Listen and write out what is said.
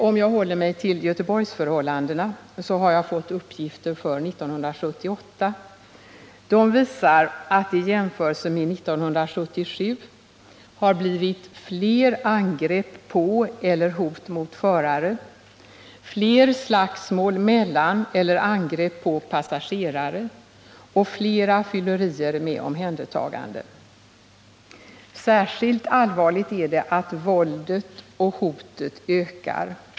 Låt mig hålla mig till 'Göteborgsförhållandena, om vilka jag har fått uppgifter för 1978. De visar att det i jämförelse med 1977 har blivit fler angrepp på eller hot mot förare, fler slagsmål mellan eller angrepp på passagerare och fler fyllerier med omhändertaganden. Särskilt allvarligt är det att våldet och hotet ökar.